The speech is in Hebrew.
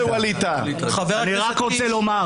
עליכם.